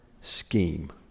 scheme